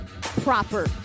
proper